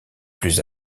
plus